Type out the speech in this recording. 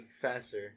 faster